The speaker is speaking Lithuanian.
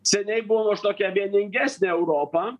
seniai buvom už tokią vieningesnę europą